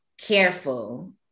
careful